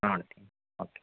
ನೋಡ್ತೀನಿ ಓಕೆ